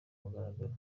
mugaragaro